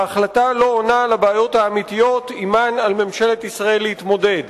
ההחלטה לא עונה על הבעיות האמיתיות שעמן על ממשלת ישראל להתמודד.